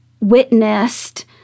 witnessed